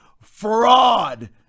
fraud